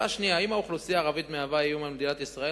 2. האם האוכלוסייה הערבית מהווה איום על מדינת ישראל?